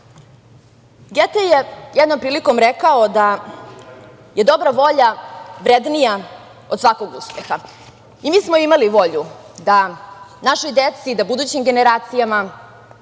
je jednom prilikom rekao da je dobra volja vrednija od svakog uspeha i mi smo imali volju da našoj deci, da budućim generacijama,